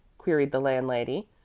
queried the landlady,